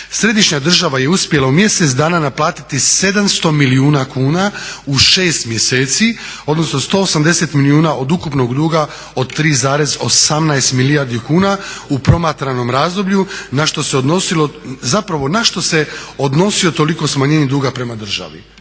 Središnja država je uspjela u mjesec dana naplatiti 700 milijuna kuna u 6 mjeseci, odnosno 180 milijuna od ukupnog duga od 3,18 milijardi kuna u promatranom razdoblju na što se odnosilo, zapravo